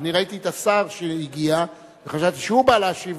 ראיתי את השר שהגיע, וחשבתי שהוא בא להשיב